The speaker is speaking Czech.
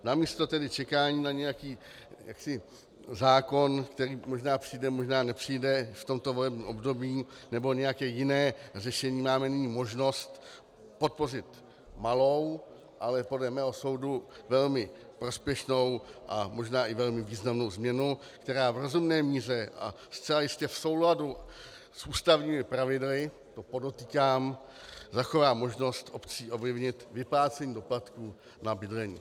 Namísto čekání na nějaký zákon, který možná přijde, možná nepřijde v tomto volebním období, nebo nějaké jiné řešení máme nyní možnost podpořit malou, ale podle mého soudu velmi prospěšnou a možná i velmi významnou změnu, která v rozumné míře a zcela jistě v souladu s ústavními pravidly to podotýkám zachová možnost obcí ovlivnit vyplácení doplatků na bydlení.